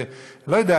לא יודע,